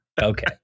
okay